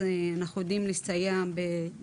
אז אנחנו יודעים להסתייע בצה"ל.